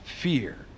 fear